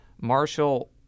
Marshall